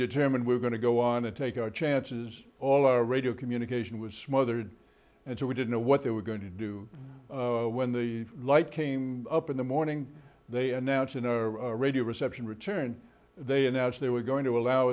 determined were going to go on and take our chances all our radio communication was smothered and so we didn't know what they were going to do when the light came up in the morning they announced in our radio reception return they announced they were going to allow